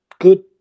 good